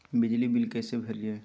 बिजली बिल कैसे भरिए?